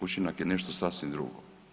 Učinak je nešto sasvim drugo.